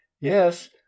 Yes